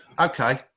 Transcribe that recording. Okay